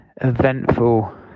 eventful